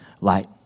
light